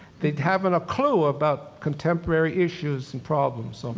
they haven't a clue about contemporary issues and problems.